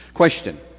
Question